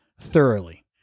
thoroughly